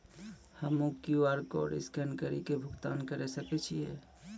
हम्मय QR code scan कड़ी के भुगतान करें सकय छियै?